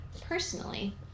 personally